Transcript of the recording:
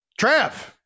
Trav